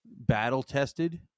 battle-tested